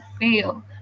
fail